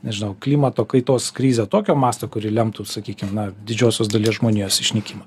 nežinau klimato kaitos krizę tokio masto kuri lemtų sakykim na didžiosios dalies žmonijos išnykimą